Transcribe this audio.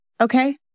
Okay